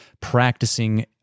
practicing